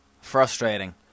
Frustrating